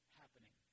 happening